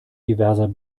diverser